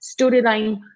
storyline